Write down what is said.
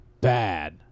bad